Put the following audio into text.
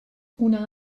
una